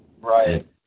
Right